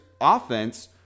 offense